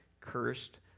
cursed